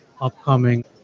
upcoming